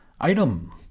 Item